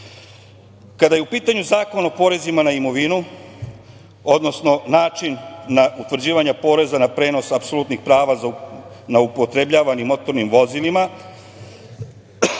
je u pitanju Zakon o porezima na imovinu, odnosno način utvrđivanja poreza na prenos apsolutnih prava na upotrebljavanim motornim vozilima,